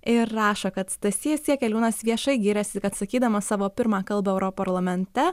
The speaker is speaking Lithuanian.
ir rašo kad stasys jakeliūnas viešai gyrėsi kad sakydamas savo pirmą kalbą europarlamente